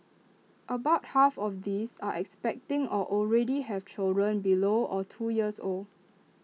about half of these are expecting or already have children below or two years old